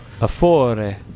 Afore